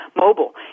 mobile